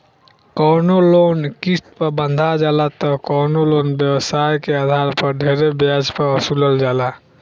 कवनो लोन किस्त पर बंधा जाला त कवनो लोन व्यवसाय के आधार पर ढेरे ब्याज पर वसूलल जाला